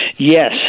Yes